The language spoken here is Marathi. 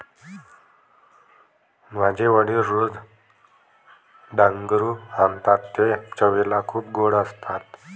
माझे वडील रोज डांगरू आणतात ते चवीला खूप गोड असतात